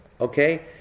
Okay